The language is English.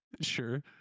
Sure